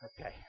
Okay